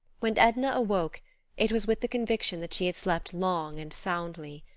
when edna awoke it was with the conviction that she had slept long and soundly.